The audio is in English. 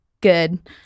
good